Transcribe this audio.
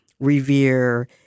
revere